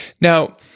Now